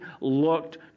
looked